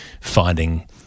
finding